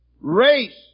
race